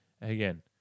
again